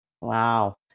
Wow